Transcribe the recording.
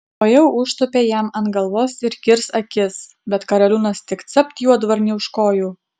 tuojau užtūpė jam ant galvos ir kirs akis bet karaliūnas tik capt juodvarnį už kojų